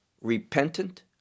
repentant